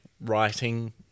writing